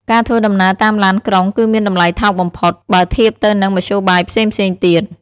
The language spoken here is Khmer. ការធ្វើដំណើរតាមឡានក្រុងគឺមានតម្លៃថោកបំផុតបើធៀបទៅនឹងមធ្យោបាយផ្សេងៗទៀត។